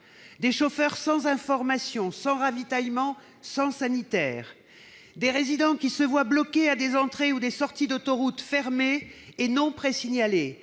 des chauffeurs sans information, sans ravitaillement, sans sanitaires ; des résidents qui se voient bloqués à des entrées ou des sorties d'autoroute fermées et non pré-signalées,